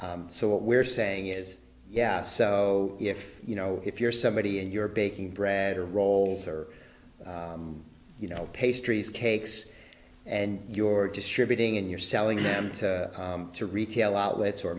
what we're saying is yeah so if you know if you're somebody and you're baking bread or rolls or you know pastries cakes and your distributing and you're selling them to retail outlets or